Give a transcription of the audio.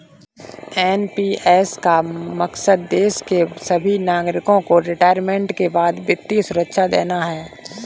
NPS का मकसद देश के सभी नागरिकों को रिटायरमेंट के बाद वित्तीय सुरक्षा देना है